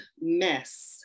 mess